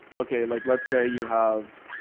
okay, like, let's say you have,